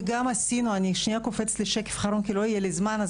וגם עשינו אני קופצת לשקף האחרון כי לא יהיה לי זמן.